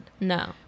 No